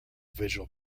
visual